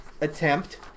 attempt